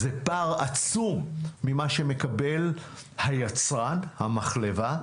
זה פער עצום ממה שמקבל היצרן, המחלבה,